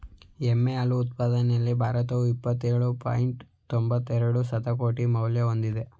ಎಮ್ಮೆ ಹಾಲು ಉತ್ಪಾದನೆಯಲ್ಲಿ ಭಾರತವು ಇಪ್ಪತ್ತೇಳು ಪಾಯಿಂಟ್ ತೊಂಬತ್ತೆರೆಡು ಶತಕೋಟಿ ಮೌಲ್ಯ ಹೊಂದಿದೆ